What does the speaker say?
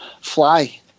Fly